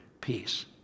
peace